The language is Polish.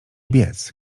biec